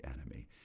enemy